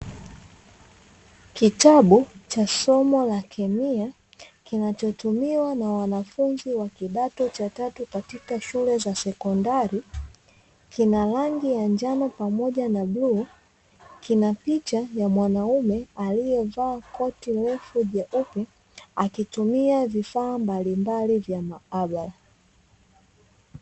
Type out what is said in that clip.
Kitabu cha somo la kemia, kinachotumiwa na wanafunzi wa kidato cha tatu katika shule za sekondari; kina rangi ya njano pamoja na bluu, kina picha ya mwanaume aliyavaa koti refu jeupe, akitumia vifaa mbalimbali vya maabara.